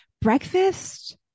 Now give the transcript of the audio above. breakfast